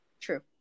True